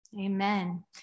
Amen